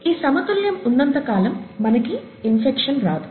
ఈ సమతుల్యం ఉన్నంతకాలం మనకి ఇన్ఫెక్షన్ రాదు